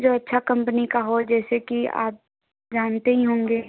जो अच्छा कंपनी का हो जैसे कि आप जानते ही होंगे